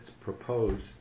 proposed